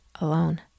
alone